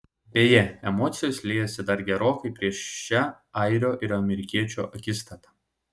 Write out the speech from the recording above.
beje emocijos liejosi dar gerokai prieš šią airio ir amerikiečio akistatą